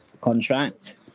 contract